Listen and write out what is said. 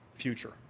future